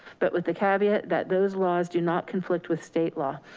but with the caveat that those laws do not conflict with state law.